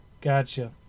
Gotcha